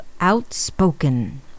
Outspoken